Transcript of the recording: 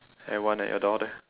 anyone at your door there